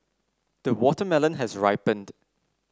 the watermelon has ripened